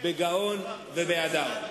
בגאון ובהדר.